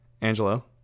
Angelo